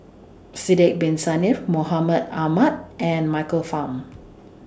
Sidek Bin Saniff Mahmud Ahmad and Michael Fam